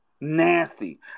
Nasty